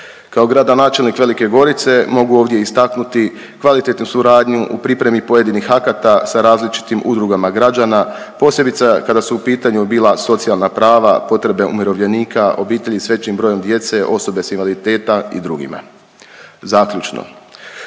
Kao gradonačelnik Velike Gorice mogu ovdje istaknuti kvalitetnu suradnju u pripremi pojedinih akata sa različitim udrugama građana, posebice kada su u pitanju bila socijalna prava, potrebe umirovljenika, obitelji s većim brojem djece, osobe s invaliditeta i drugi. Zaključno,